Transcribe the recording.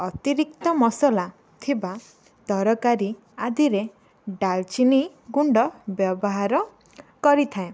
ଅତିରିକ୍ତ ମସଲା ଥିବା ତରକାରୀ ଆଦିରେ ଡାଲଚିନି ଗୁଣ୍ଡ ବ୍ୟବହାର କରିଥାଏ